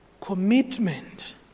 commitment